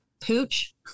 pooch